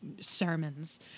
sermons